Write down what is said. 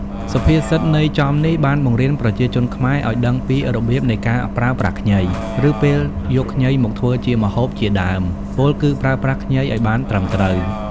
សុភាសិតន័យចំនេះបានបង្រៀនប្រជាជានខ្មែរឲ្យដឹងពីរបៀបនៃការប្រើប្រាស់ខ្ញី ឬពេលយកខ្ញីមកធ្វើជាម្ហូបជាដើម ពោលគឺប្រើប្រាស់ខ្ញីឲ្យបានត្រឹមត្រូវ។